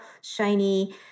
shiny